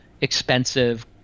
expensive